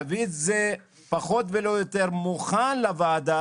להביא את זה פחות ולא יותר מוכן לוועדה